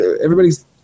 everybody's